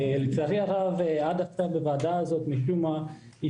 לצערי הרב עד עכשיו בוועדה הזו הוטמעה